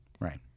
Right